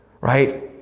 Right